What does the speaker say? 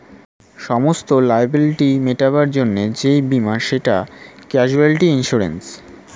সমস্ত লায়াবিলিটি মেটাবার জন্যে যেই বীমা সেটা ক্যাজুয়ালটি ইন্সুরেন্স